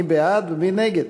מי בעד ומי נגד.